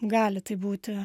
gali taip būti